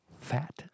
fat